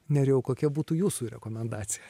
nerijau kokia būtų jūsų rekomendacija